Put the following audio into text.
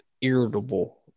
irritable